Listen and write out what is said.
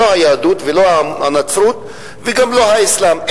לא היהדות וגם לא הנצרות וגם לא האסלאם.